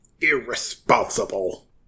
Irresponsible